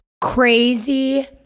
crazy